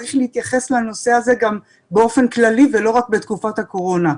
צריך להתייחס לנושא הזה באופן כללי ולא רק בתקופת הקורונה.